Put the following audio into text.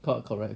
correct correct